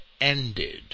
ended